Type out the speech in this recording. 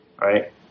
Right